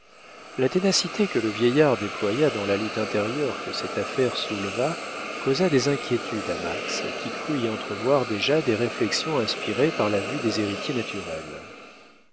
la ténacité que le vieillard déploya dans la lutte intérieure que cette affaire souleva causa des inquiétudes à max qui crut y entrevoir déjà des réflexions inspirées par la vue des héritiers naturels